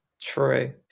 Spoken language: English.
True